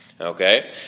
Okay